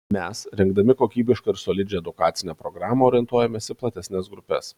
mes rengdami kokybišką ir solidžią edukacinę programą orientuojamės į platesnes grupes